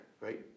right